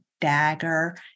dagger